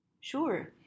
Sure